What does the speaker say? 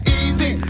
easy